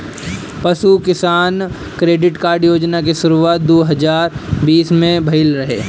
पशु किसान credit card योजना के शुरुआत दू हज़ार बीस में भइल रहे